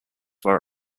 were